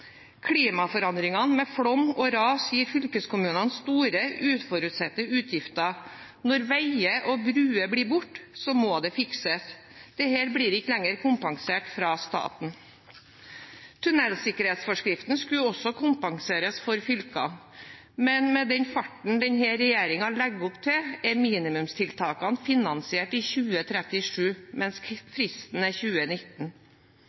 Klimaforandringene med flom og ras gir fylkeskommunene store, uforutsette utgifter. Når veier og broer blir borte, må det fikses. Dette blir ikke lenger kompensert fra staten. Tunnelsikkerhetsforskriften skulle også kompenseres for fylker. Men med den farten denne regjeringen legger opp til, er minimumstiltakene finansiert i 2037, mens